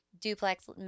duplex